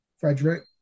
frederick